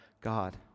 God